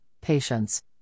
patience